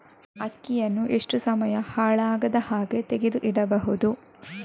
ಅಕ್ಕಿಯನ್ನು ಎಷ್ಟು ಸಮಯ ಹಾಳಾಗದಹಾಗೆ ತೆಗೆದು ಇಡಬಹುದು?